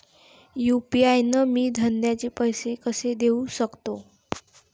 UPI न मी धंद्याचे पैसे कसे देऊ सकतो?